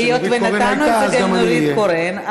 היות שנתנו את זה לנורית קורן,